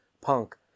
punk